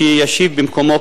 שישיב במקומו,